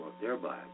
thereby